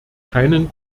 keinen